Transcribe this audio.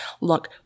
look